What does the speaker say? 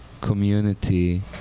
community